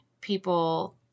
people